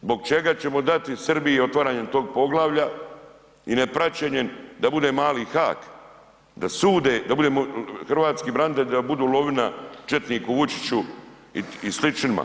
Zbog čega ćemo dati Srbiji otvaranje tog poglavlja i ne praćenje da bude mali Hag, da sude, da budemo hrvatski branitelji da budu lovina četniku Vučiću i sličnima.